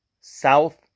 South